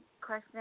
question